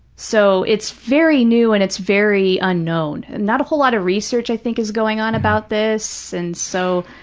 so, it's very new and it's very unknown. not a whole lot of research i think is going on about this, and so,